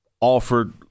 offered